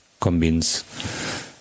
convince